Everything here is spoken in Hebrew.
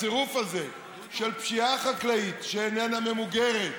הצירוף הזה של פשיעה חקלאית שאיננה ממוגרת,